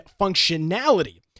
functionality